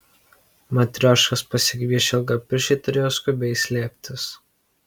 matrioškas pasigviešę ilgapirščiai turėjo skubiai slėptis